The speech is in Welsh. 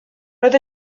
roedd